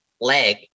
leg